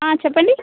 చెప్పండి